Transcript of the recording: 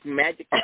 magic